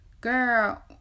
girl